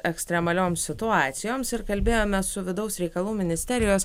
ekstremalioms situacijoms ir kalbėjome su vidaus reikalų ministerijos